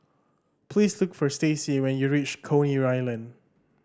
please look for Stacie when you reach Coney Island